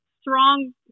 strong